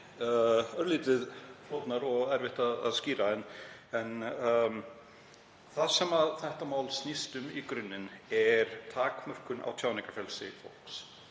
örlítið flóknar og erfitt að skýra þær en það sem málið snýst um í grunninn er takmörkun á tjáningarfrelsi fólks.